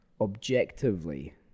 objectively